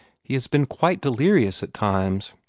he has been quite delirious at times.